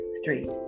Street